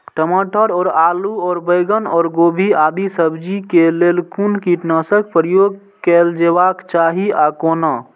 टमाटर और आलू और बैंगन और गोभी आदि सब्जी केय लेल कुन कीटनाशक प्रयोग कैल जेबाक चाहि आ कोना?